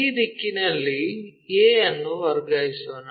ಈ ದಿಕ್ಕಿನಲ್ಲಿ a ಅನ್ನು ವರ್ಗಾಯಿಸೋಣ